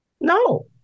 No